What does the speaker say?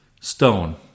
stone